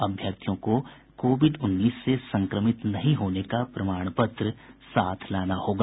अभ्यर्थियों को कोविड उन्नीस से संक्रमित नहीं होने का प्रमाण पत्र साथ लाना होगा